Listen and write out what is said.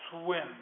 swim